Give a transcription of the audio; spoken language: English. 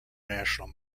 national